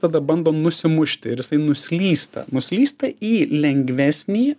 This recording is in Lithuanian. tada bandom nusimušti ir jisai nuslysta nuslysta į lengvesnį